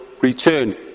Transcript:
return